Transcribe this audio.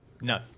No